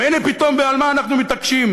והנה פתאום על מה אנחנו מתעקשים: